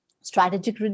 strategic